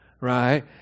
right